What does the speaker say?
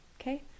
okay